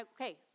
Okay